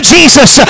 Jesus